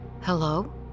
hello